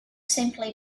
simply